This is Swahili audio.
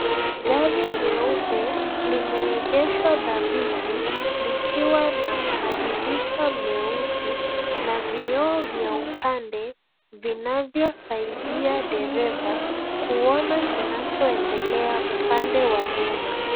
Gari nyeupe limeegeshwa thabiti likiwa na madirisha meusi na vioo vya upande vinavyosaidia dereva kuona kinachoendelea upande wa nyuma.